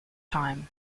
time